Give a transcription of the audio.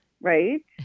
right